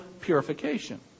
purification